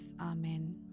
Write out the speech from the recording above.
Amen